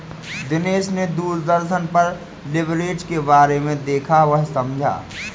दिनेश ने दूरदर्शन पर लिवरेज के बारे में देखा वह समझा